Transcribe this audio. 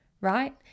right